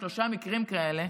שלושה מקרים כאלה,